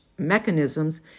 Mechanisms